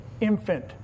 infant